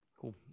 cool